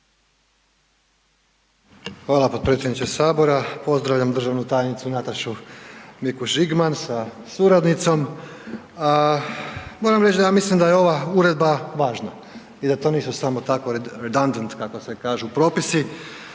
Hvala potpredsjedniče sabora. Pozdravljam državnu tajnicu Natašu Mikuš Žigman sa suradnicom. Moram reći da ja mislim da je ova uredba važna i da to nisu to samo tako redundant kako se kažu propisi.